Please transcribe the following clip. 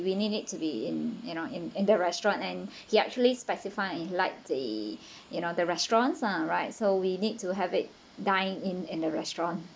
we need it to be in you know in in the restaurant and he actually specify he like the you know the restaurants lah right so we need to have it dine in in the restaurant